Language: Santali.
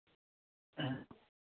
ᱦᱮᱸ